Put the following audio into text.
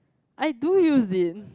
I do use it